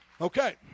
Okay